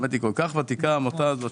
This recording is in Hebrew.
העמותה הזאת